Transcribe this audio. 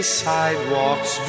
sidewalks